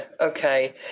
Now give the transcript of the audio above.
okay